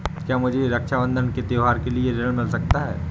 क्या मुझे रक्षाबंधन के त्योहार के लिए ऋण मिल सकता है?